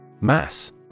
Mass